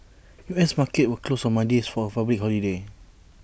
U S markets were closed on Monday's for A public holiday